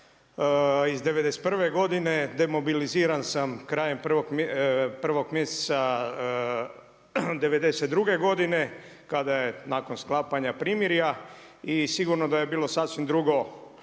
iz '91. godine, demobiliziran sam krajem 1. mjeseca '92. godine kada je, nakon sklapanja primjera, i sigurno da je bilo sasvim drugo